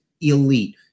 elite